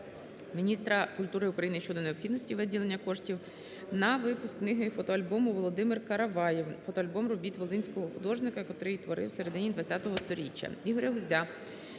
міністра культури України щодо необхідності виділення коштів на випуск книги-фотоальбому "Володимир Караваєв" (фотоальбом робіт волинського художника, котрий творив у середині ХХ сторіччя). Ігоря Гузя